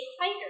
fighter